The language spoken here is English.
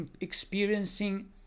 experiencing